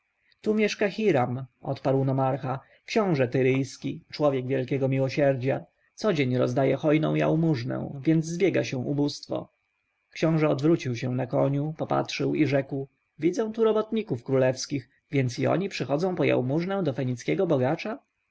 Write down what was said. tu mieszka hiram odparł nomarcha książę tyryjski człek wielkiego miłosierdzia codzień rozdaje hojną jałmużnę więc zbiega się ubóstwo książę odwrócił się na koniu popatrzył i rzekł widzę tu robotników królewskich więc i oni przychodzą po jałmużnę do fenickiego bogacza